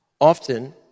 often